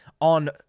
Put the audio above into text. on